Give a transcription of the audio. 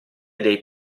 dei